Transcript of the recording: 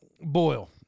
boil